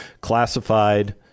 classified